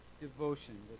Devotion